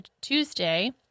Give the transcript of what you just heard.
Tuesday